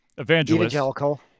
evangelical